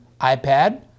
iPad